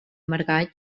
margall